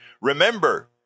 Remember